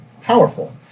powerful